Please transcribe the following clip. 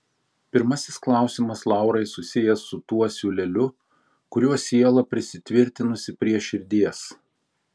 pirmasis klausimas laurai susijęs su tuo siūleliu kuriuo siela prisitvirtinusi prie širdies